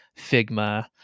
figma